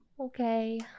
Okay